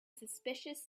suspicious